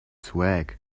swag